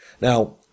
Now